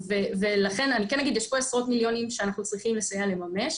יש פה עשרות מיליונים שאנחנו צריכים לסייע לממש.